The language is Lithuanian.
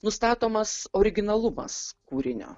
nustatomas originalumas kūrinio